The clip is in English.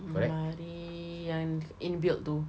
almari yang in-built tu